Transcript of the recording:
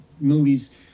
movies